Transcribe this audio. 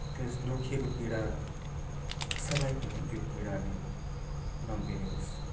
त्यस दुखेको पीडा कसैलाई पनि त्यो पीडाले नबेहोरोस्